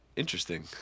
Interesting